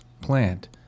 plant